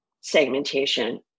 segmentation